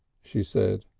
she said.